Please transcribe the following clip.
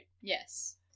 Yes